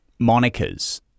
Monikers